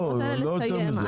לא יותר מזה.